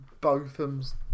Botham's